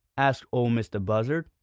asked ol' mistah buzzard.